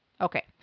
Okay